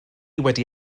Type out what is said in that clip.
wedi